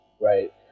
right